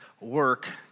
work